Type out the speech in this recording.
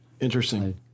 Interesting